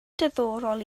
diddorol